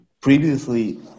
previously